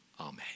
Amen